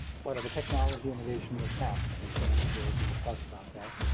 what are the technology innovation that's happening? stand storage who has talked about that?